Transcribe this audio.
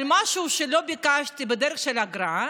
על משהו שלא ביקשתי, בדרך של אגרה.